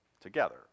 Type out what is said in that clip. together